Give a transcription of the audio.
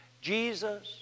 Jesus